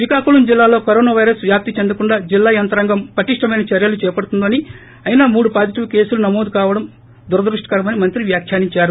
శ్రీకాకుళం జిల్లాలో corona virus వ్యాప్తి చెందకుండా జిల్లా యంత్రాంగం పటిష్టమైన చర్యలు చేపడుతోందని అయినా మూడు పాజిటివ్ కేసులు నమోదు కావడం దురదృష్టకరమని మంత్రి వ్యాఖ్యానించారు